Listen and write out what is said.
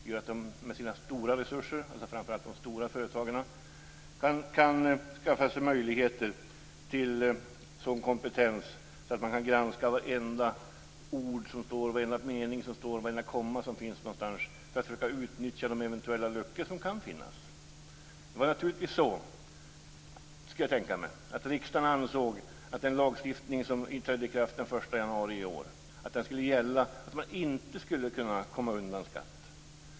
De kan med sina stora resurser - det gäller framför allt de stora företagen - skaffa sig möjligheter till sådan kompetens att de kan granska vartenda ord, varenda mening och vartenda kommatecken som finns någonstans för att försöka utnyttja de eventuella luckor som kan finnas. Det var naturligtvis så, kan jag tänka mig, att riksdagen ansåg att den lagstiftning som trädde i kraft den 1 januari i år skulle gälla och att man inte skulle kunna komma undan skatt.